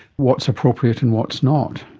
what's appropriate and what's not?